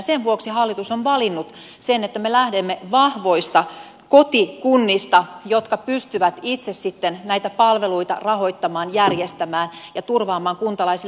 sen vuoksi hallitus on valinnut sen että me lähdemme vahvoista kotikunnista jotka pystyvät itse näitä palveluita rahoittamaan järjestämään ja turvaamaan kuntalaisille